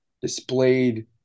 displayed